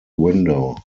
window